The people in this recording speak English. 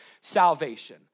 salvation